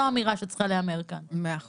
מאה אחוז.